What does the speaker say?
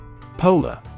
Polar